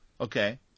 Okay